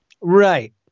Right